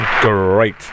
Great